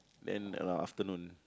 then around afternoon